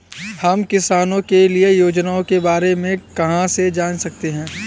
हम किसानों के लिए योजनाओं के बारे में कहाँ से जान सकते हैं?